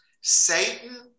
Satan